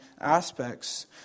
aspects